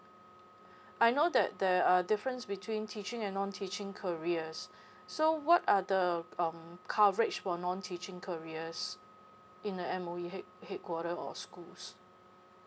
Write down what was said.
I know that there are difference between teaching and non teaching careers so what are the um coverage for non teaching careers in the M_O_E head headquarter or schools